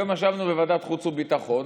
היום ישבנו בוועדת החוץ והביטחון.